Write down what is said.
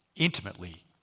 intimately